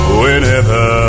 whenever